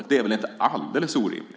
Det är väl inte alldeles orimligt.